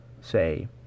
say